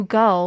go